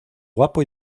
guapo